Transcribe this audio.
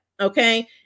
okay